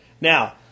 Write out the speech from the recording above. Now